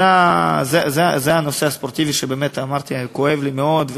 זה הנושא הספורטיבי, שבאמת אמרתי, כואב לי מאוד.